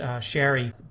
Sherry